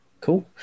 cool